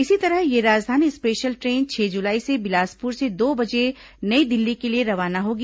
इसी तरह यह राजधानी स्पेशल ट्रेन छह जुलाई से बिलासपुर से दो बजे नई दिल्ली के लिए रवाना होगी